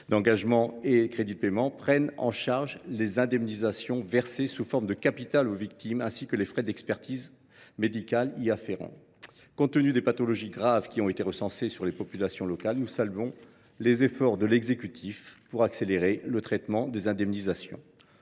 d’engagement et en crédits de paiement, prennent en charge les indemnisations versées sous forme de capital aux victimes, ainsi que les frais d’expertise médicale y afférents. Compte tenu des pathologies graves qui ont été recensées chez les populations locales, nous saluons les efforts de l’exécutif pour accélérer le traitement des indemnisations.